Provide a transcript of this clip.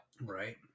right